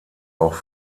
auch